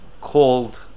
called